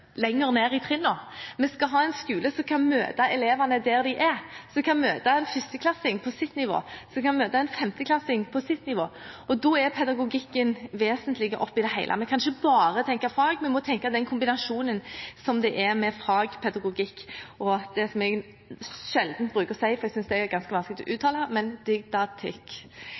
skal ha en skole som kan møte elevene der de er, som kan møte en førsteklassing på hans nivå, som kan møte en femteklassing på hans nivå, og da er pedagogikken vesentlig oppe i det hele. Vi kan ikke bare tenke fag. Vi må tenke på den kombinasjonen som det er med fag, pedagogikk og – det som jeg sjelden bruker å si, for jeg synes det er ganske vanskelig å uttale